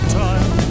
time